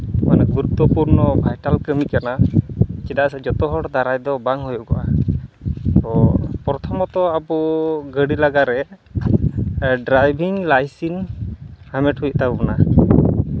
ᱢᱟᱱᱮ ᱜᱩᱨᱩᱛᱛᱚᱯᱩᱨᱱᱚ ᱵᱷᱟᱭᱴᱟᱞ ᱠᱟᱹᱢᱤ ᱠᱟᱱᱟ ᱪᱮᱫᱟᱜ ᱥᱮ ᱡᱚᱛᱚ ᱦᱚᱲ ᱫᱟᱨᱟᱭ ᱫᱚ ᱵᱟᱝ ᱦᱩᱭᱩᱜᱚᱜᱼᱟ ᱛᱚ ᱯᱨᱚᱛᱷᱚᱢᱚᱛᱚ ᱟᱵᱚ ᱜᱟᱹᱰᱤ ᱞᱟᱜᱟ ᱨᱮ ᱰᱨᱟᱭᱵᱷᱤᱝ ᱞᱟᱭᱥᱮᱱᱥ ᱦᱟᱢᱮᱴ ᱦᱩᱭᱩᱜ ᱛᱟᱵᱚᱱᱟ